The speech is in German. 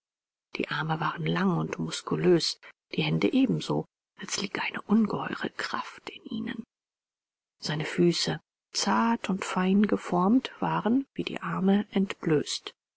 die arme waren lang und muskulös die hände ebenso als liege eine ungeheure kraft in ihnen seine füße zart und fein geformt waren wie die arme entblößt